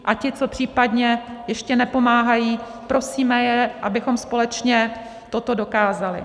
A ty, co případně ještě nepomáhají, prosíme, abychom společně toto dokázali.